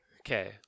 Okay